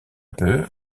peu